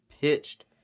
pitched